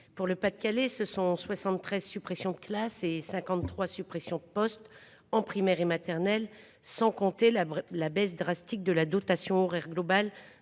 pour le Pas-de-Calais. Ce sont 73 suppressions de classes et 53 suppressions de postes en primaire et maternelle, sans compter la la baisse drastique de la dotation horaire globale